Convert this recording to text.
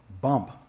bump